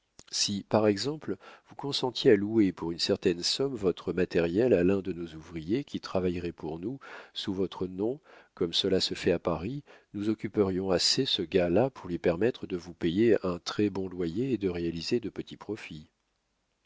si par exemple vous consentiez à louer pour une certaine somme votre matériel à l'un de nos ouvriers qui travaillerait pour nous sous votre nom comme cela se fait à paris nous occuperions assez ce gars-là pour lui permettre de vous payer un très-bon loyer et de réaliser de petits profits